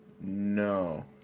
No